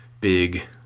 big